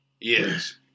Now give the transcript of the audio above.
yes